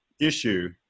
issue